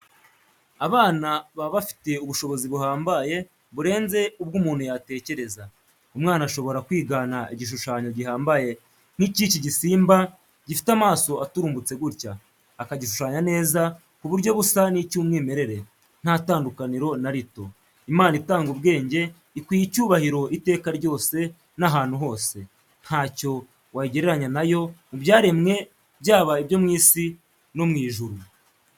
Abana baba bafite ubushobozi buhambaye, burenze ubwo umuntu yatekereza. Umwana ashobora kwigana igishushanyo gihambaye nk'iki gisimba gifite amaso aturumbutse gutya, akagishushanya neza ku buryo busa n'icy'umwimerere, nta tandukaniro na rito! Imana itanga ubwenge ikwiye icyubahiro iteka ryose n'ahantu hose, ntacyo wayigereranya na yo mu byaremwe byaba ibyo mu isi no mu ijuru.